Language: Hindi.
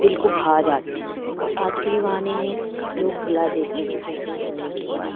दिल को भा जाते हैं और आज के जो गाने हैं लोग भुला देते हैं कुछ दिन सुनने के बाद